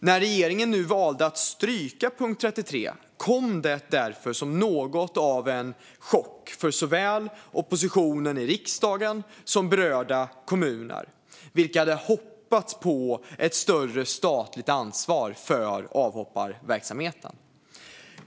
När regeringen nu valde att stryka punkt 33 kom det därför som något av en chock för såväl oppositionen i riksdagen som berörda kommuner, vilka hade hoppats på ett större statligt ansvar för avhopparverksamheten.